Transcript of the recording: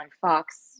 Fox